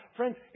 Friends